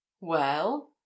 Well